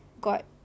got